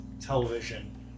television